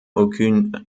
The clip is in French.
aucune